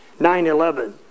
9-11